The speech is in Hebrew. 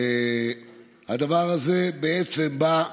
הדבר הזה בעצם בא,